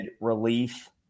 relief